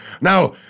Now